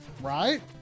right